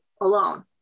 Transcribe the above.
alone